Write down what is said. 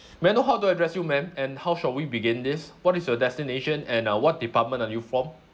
may I know how to address you ma'am and how shall we begin this what is your designation and uh what department are you from